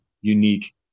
unique